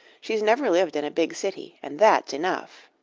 she's never lived in a big city, and that's enough.